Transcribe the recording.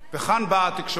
וכאן באה התקשורת.